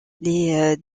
les